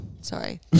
Sorry